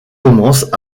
commencent